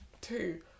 two